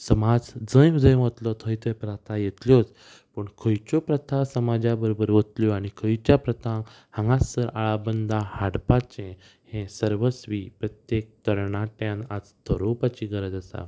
समाज जंय जंय वतलो थंय थंय प्रथा येतल्योच पूण खंयच्यो प्रथा समाजा बरोबर वतल्यो आनी खंयच्या प्रथांक हांगास आळाबंदां हाडपाचे हे सर्वस्वी प्रत्येक तरणाट्यान आज थरोवपाची गरज आसा